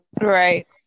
right